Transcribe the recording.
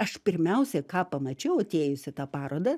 aš pirmiausiai ką pamačiau atėjus į tą parodą